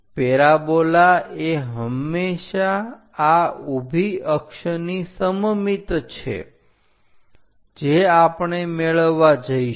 parabola એ હંમેશા આ ઉભી અક્ષની સમમિત છે જે આપણે મેળવવા જઈશું